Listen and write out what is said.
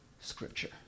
Scripture